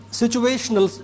situational